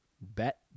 bet